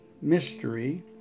mystery